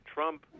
Trump